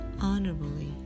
honorably